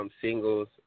Singles